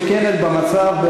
מסוכנת במצב,